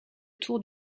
autour